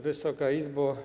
Wysoka Izbo!